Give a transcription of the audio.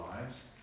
lives